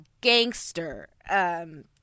gangster